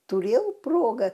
turėjau progą